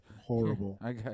horrible